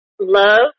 Love